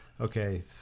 okay